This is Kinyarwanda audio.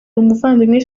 umuvandimwe